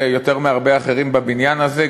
יותר מהרבה אחרים בבניין הזה,